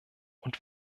und